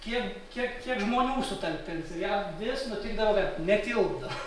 kiek kiek kiek žmonių sutalpins ir jam vis nutikdavo kad netilpdavo